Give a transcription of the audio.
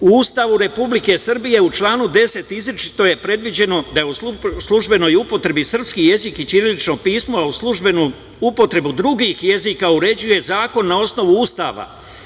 U Ustavu Republike Srbije, u članu 10. izričito je predviđeno da je u službenoj upotrebi srpski jezik i ćirilično pismo, a u službenom upotrebu drugih jezika uređuje zakon na osnovu Ustava.